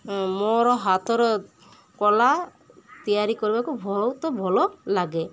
ମୋର ହାତର କଳା ତିଆରି କରିବାକୁ ବହୁତ ଭଲ ଲାଗେ